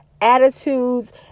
attitudes